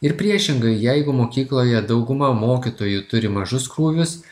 ir priešingai jeigu mokykloje dauguma mokytojų turi mažus krūvius